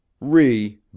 Re